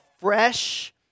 fresh